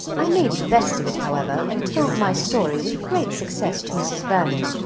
i made the best of it, however, and told my story with great success to mrs. vernon,